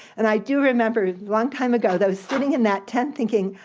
and i do remember a long time ago though, sitting in that tent thinking,